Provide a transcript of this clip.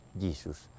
Jesus